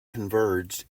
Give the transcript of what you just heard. converged